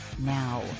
Now